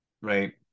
right